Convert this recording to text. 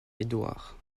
édouard